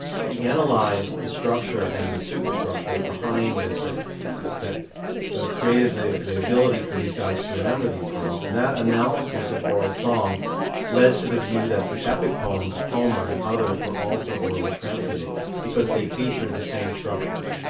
he analyzed the structure and the superstructure behind this that that created the the ability for these guys to remember these things. and that analysis of oral song led to the view that the epic poems of homer and others were also orally transmitted because they feature the same structures.